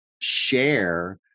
share